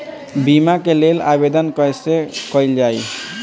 बीमा के लेल आवेदन कैसे कयील जाइ?